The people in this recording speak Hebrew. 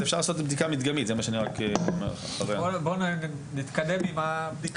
בואו נתקדם עם המספר ואז אפשר יהיה להמשיך את השיח.